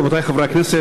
רבותי חברי הכנסת,